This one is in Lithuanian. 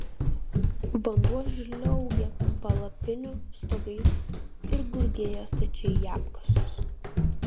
vanduo žliaugė palapinių stogais ir gurgėjo stačiai į apkasus